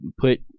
put